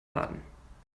baden